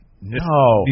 No